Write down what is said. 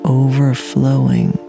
overflowing